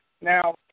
now